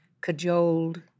cajoled